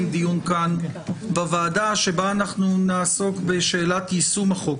דיון כאן בוועדה שבו נעסוק בשאלת יישום החוק